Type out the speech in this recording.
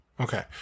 Okay